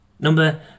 number